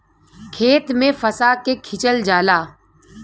खेत में फंसा के खिंचल जाला